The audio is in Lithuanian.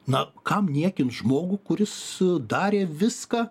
na kam niekint žmogų kuris darė viską